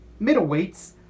middleweights